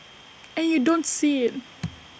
and you don't see IT